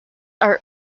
are